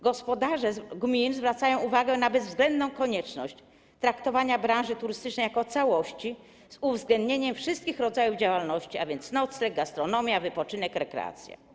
Gospodarze gmin zwracają uwagę na bezwzględną konieczność traktowania branży turystycznej jako całości, z uwzględnieniem wszystkich rodzajów działalności, a więc: nocleg, gastronomia, wypoczynek, rekreacja.